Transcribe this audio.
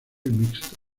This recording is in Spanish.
mixto